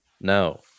No